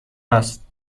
است